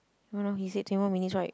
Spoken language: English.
one hour he said twenty more minutes right